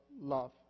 love